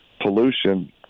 pollution